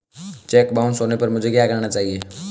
Check bounce होने पर मुझे क्या करना चाहिए?